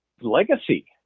legacy